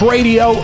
Radio